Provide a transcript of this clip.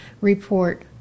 report